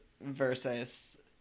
versus